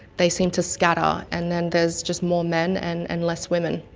they seem to scatter, and then there's just more men and and less women.